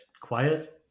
quiet